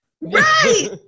Right